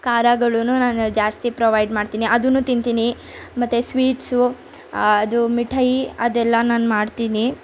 ಖಾರಗಳೂ ನಾನು ಜಾಸ್ತಿ ಪ್ರೊವೈಡ್ ಮಾಡ್ತೀನಿ ಅದೂ ತಿಂತೀನಿ ಮತ್ತೆ ಸ್ವೀಟ್ಸು ಅದು ಮಿಠಾಯಿ ಅದೆಲ್ಲ ನಾನು ಮಾಡ್ತೀನಿ